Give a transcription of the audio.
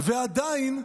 ועדיין,